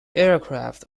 aircraft